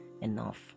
enough